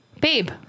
Babe